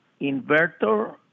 Inverter